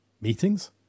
meetings